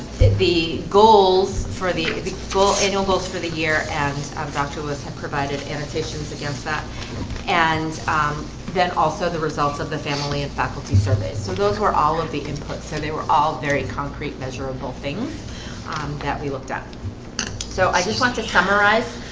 for the the full annual votes for the year and dr. lewis have provided annotations against that and then also the results of the family and faculty surveys so those who are all of the inputs so they were all very concrete measurable things that we looked at so i just want to summarize